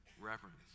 reverence